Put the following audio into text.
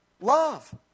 love